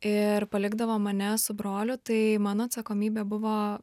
ir palikdavo mane su broliu tai mano atsakomybė buvo